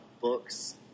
books